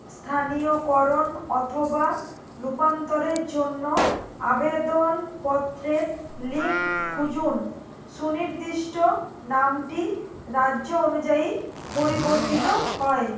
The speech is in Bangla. স্থানীয়করণ অথবা রূপান্তরের জন্য আবেদনপত্রের লিঙ্ক খুঁজুন সুনির্দিষ্ট নামটি রাজ্য অনুযায়ী পরিবর্তিত হয়